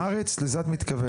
תושבי הארץ לזה את מתכוונת?